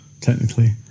technically